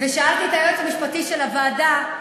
ושאלתי את היועץ המשפטי של הוועדה: